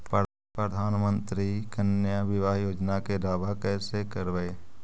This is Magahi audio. प्रधानमंत्री कन्या बिबाह योजना के दाबा कैसे करबै?